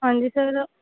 ਹਾਂਜੀ ਸਰ